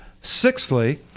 Sixthly